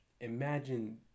Imagine